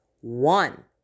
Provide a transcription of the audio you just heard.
one